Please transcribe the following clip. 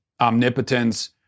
omnipotence